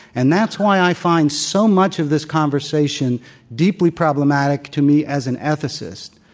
and that's why i find so much of this conversation deeply problematic to me as an ethicist.